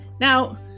Now